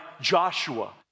Joshua